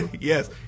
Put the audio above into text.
Yes